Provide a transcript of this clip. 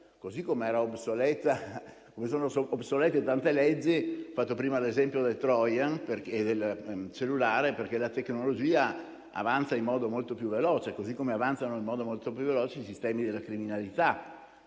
così come sono obsolete tante leggi. Ho fatto prima l'esempio del *trojan* e del cellulare, perché la tecnologia avanza in modo molto più veloce, così come avanzano in modo molto più veloce i sistemi della criminalità.